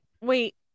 wait